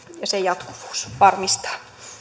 ja sen jatkuvuus varmistaa